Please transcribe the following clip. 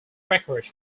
records